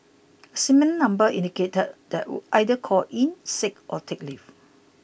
a similar number indicated that either call in sick or take leave